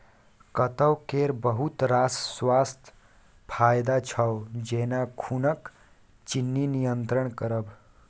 कैता केर बहुत रास स्वास्थ्य फाएदा छै जेना खुनक चिन्नी नियंत्रण करब